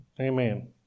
Amen